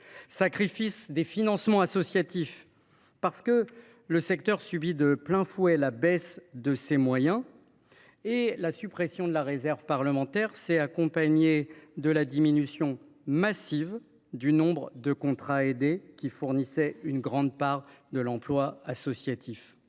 sacrifié les financements associatifs. En effet, le secteur subit de plein fouet la baisse de ses moyens. La suppression de la réserve parlementaire s’est accompagnée, en particulier, d’une baisse massive du nombre de contrats aidés, lesquels fournissaient une grande part de l’emploi associatif.